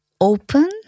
Open